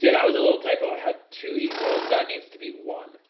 yeah, that was a little typo i had two equals that needs to be one.